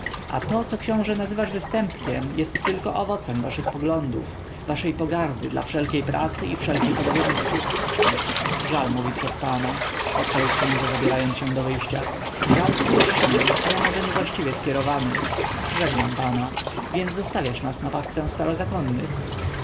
a to co książe nazywasz występkiem jest tylko owocem waszych poglądów waszej pogardy dla wszelkiej pracy i wszelkich obowiązków żal mówi przez pana odparł książe zabierając się do wyjścia żal słuszny ale może niewłaściwie skierowany żegnam pana więc zostawiasz nas